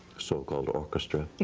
so-called orchestra.